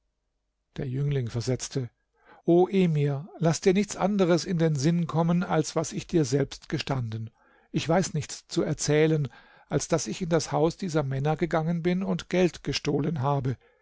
der jüngling versetzte o emir laß dir nichts anderes in den sinn kommen als was ich dir selbst gestanden ich weiß nichts zu erzählen als daß ich in das haus dieser männer gegangen bin und geld gestohlen habe